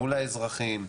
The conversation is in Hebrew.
מול האזרחים,